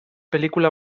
pelikula